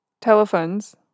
telephones